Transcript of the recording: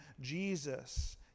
Jesus